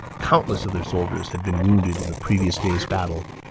countless of their soldiers had been wounded in the previous day's battle,